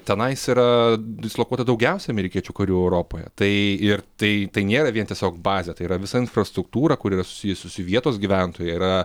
tenais yra dislokuota daugiausia amerikiečių karių europoje tai ir tai tai nėra vien tiesiog bazė tai yra visa infrastruktūra kur yra susijusi su vietos gyventojai yra